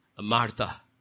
Martha